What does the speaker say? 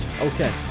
okay